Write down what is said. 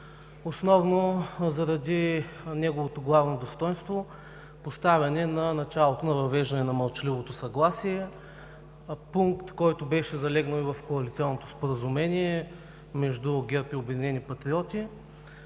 основно заради неговото главно достойнство – поставяне начало на въвеждането на мълчаливото съгласие – пункт, залегнал в Коалиционното споразумение между ГЕРБ и „Обединени патриоти“.